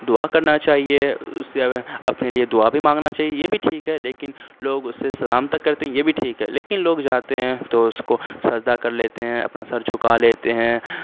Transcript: دعا کرنا چاہیے اس سے اپنے لیے دعا بھی مانگنا چاہیے یہ بھی ٹھیک ہے لیکن لوگ اس سے سلام تک کرتے ہیں یہ بھی ٹھیک ہے لیکن لوگ جاتے ہیں تو اس کو سجدہ کر لیتے ہیں اپنا سر جھکا لیتے ہیں